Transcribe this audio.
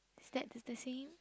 is that the same